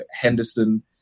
Henderson